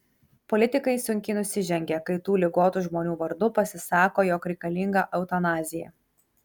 politikai sunkiai nusižengia kai tų ligotų žmonių vardu pasisako jog reikalinga eutanazija